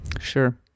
Sure